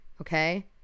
okay